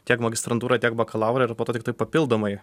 tiek magistrantūrą tiek bakalaurą ir po to tiktai papildomai